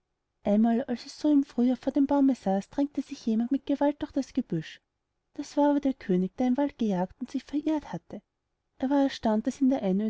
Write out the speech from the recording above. als es so im frühjahr vor dem baume saß drängte sich jemand mit gewalt durch das gebüsch das war aber der könig der in dem wald gejagt und sich verirrt hatte er war erstaunt daß in der